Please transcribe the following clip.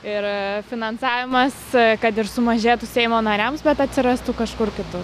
ir finansavimas kad ir sumažėtų seimo nariams bet atsirastų kažkur kitu